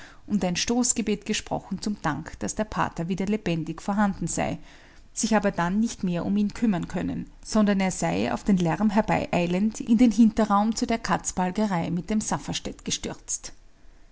und ein stoßgebet gesprochen zum dank daß der pater wieder lebendig vorhanden sei sich aber dann nicht mehr um ihn kümmern können sondern er sei auf den lärm herbeieilend in den hinterraum zu der katzbalgerei mit dem safferstätt gestürzt